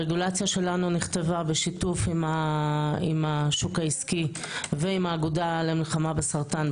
הרגולציה שלנו נכתבה בשיתוף עם השוק העסקי ועם האגודה למלחמה בסרטן,